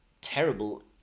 terrible